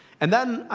and then,